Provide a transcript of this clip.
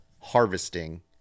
harvesting